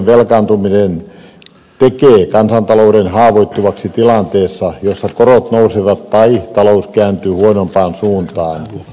kotitalouksien velkaantuminen tekee kansantalouden haavoittuvaksi tilanteessa jossa korot nousevat tai talous kääntyy huonompaan suuntaan